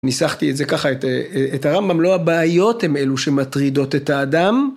ניסחתי את זה ככה, את הרמב״ם, לא הבעיות הם אלו שמטרידות את האדם.